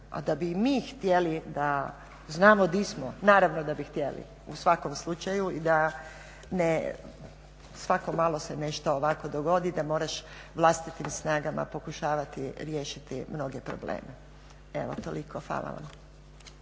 a da bi i mi htjeli da znamo gdje smo, naravno da bi htjeli u svakom slučaju i da svako malo se nešto ovako dogodi da moraš vlastitim snagama pokušavati riješiti mnoge probleme. Evo toliko. Hvala vam.